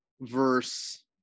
verse